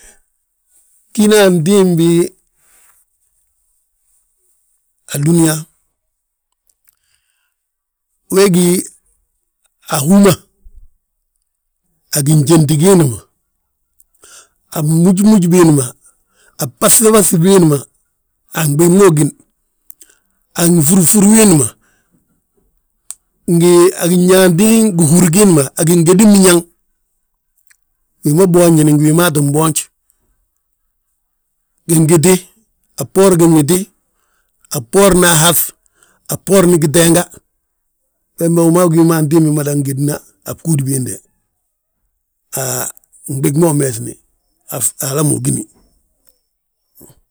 Bgína antimbi adúniyaa, we gí a hú ma, a ginjénti giindi ma, a bmúju múju biindi ma, a bbaŧi baŧi biindi ma, a fnɓig ma ugíni, a nfúfur wiindi ma, ngi a ginyaanti gihúri giindi ma, a gingédin biñaŋ. Wi ma boonjini ngi wii mma tin boonj, gingiti a bboorin gingiti, a bboorna ahaŧ, a bboorni giteenga, wembe wi maa ggí wi ma antimbi madan gédna a bgúudi biinde, a fnɓig ma umeesni hala ma ugíni.